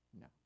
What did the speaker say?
No